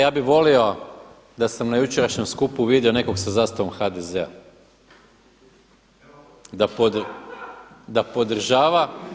Ja bih volio da sam na jučerašnjem skupu vidio nekog sa zastavom HDZ-a, da podržava.